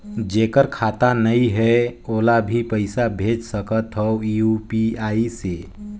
जेकर खाता नहीं है ओला भी पइसा भेज सकत हो यू.पी.आई से?